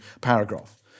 paragraph